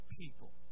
people